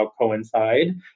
coincide